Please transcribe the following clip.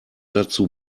dazu